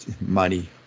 money